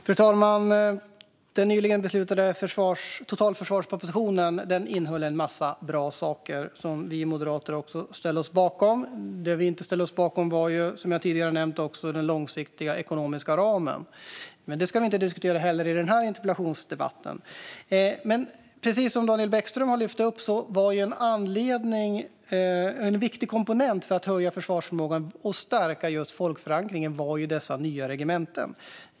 Fru talman! Den nyligen beslutade totalförsvarspropositionen innehöll en massa bra saker som vi moderater också ställde oss bakom. Det vi inte ställde oss bakom var, som jag har nämnt tidigare, den långsiktiga ekonomiska ramen. Den ska vi dock inte diskutera i den här interpellationsdebatten. Men precis som Daniel Bäckström framhöll var en viktig komponent för att höja försvarsförmågan och stärka folkförankringen just dessa nya regementen.